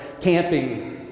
Camping